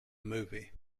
movie